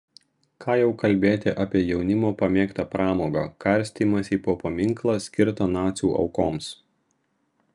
ką jau kalbėti apie jaunimo pamėgtą pramogą karstymąsi po paminklą skirtą nacių aukoms